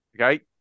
okay